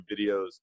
videos